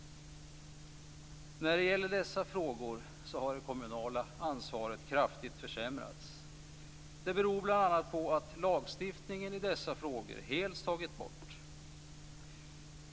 När det gäller dessa frågor har det kommunala ansvaret kraftigt försämrats. Det beror bl.a. på att lagstiftningen i dessa frågor helt tagits bort.